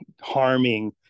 harming